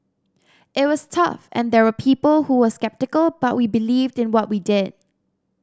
it was tough and there were people who were sceptical but we believed in what we did